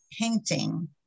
painting